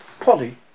Polly